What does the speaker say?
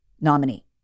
nominee